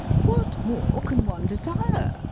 what more can one desire?